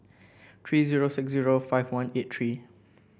three zero six zero five one eight three